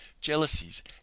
jealousies